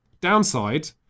Downside